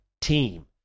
team